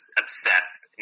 obsessed